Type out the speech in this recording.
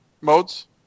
modes